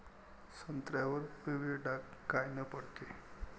संत्र्यावर पिवळे डाग कायनं पडते?